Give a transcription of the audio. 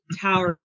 Tower